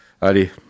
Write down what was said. Allez